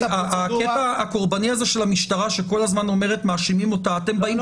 הקטע הקורבני הזה של המשטרה שכל הזמן אומרת שמאשימים אותה כשאתם באים,